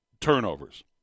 turnovers